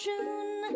June